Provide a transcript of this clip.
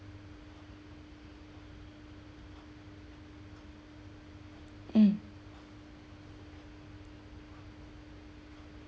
mm